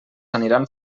aniran